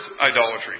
idolatry